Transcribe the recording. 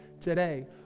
today